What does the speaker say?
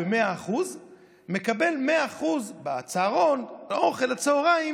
ב-100% מקבל בצהרון 100% את האוכל לצוהריים,